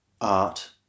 art